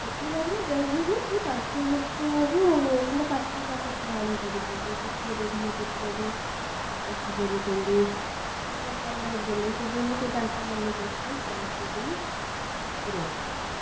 ଶିଖାଇଲା ପରେ ଯାହା ବି ହେଲେ ସେ ପାଞ୍ଚ ବର୍ଷରୁ ଧର ପାଠଟା କିଛି ଜାଣିପାରୁଛନ୍ତି ଚିତ୍ର ବିଭିନ୍ନ ଚିତ୍ର ବି ଆଙ୍କି ପାରୁଛନ୍ତି ତାଙ୍କ କଲର୍ ଦେଲେ ସେ ଯେମିତି ତାଙ୍କ ମନକୁ ଆସିଛି ସେ ଆଙ୍କିକିନି ପୂରଣ କରୁଛନ୍ତି